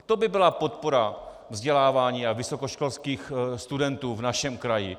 To by byla podpora vzdělávání a vysokoškolských studentů v našem kraji!